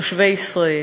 תושבי ישראל.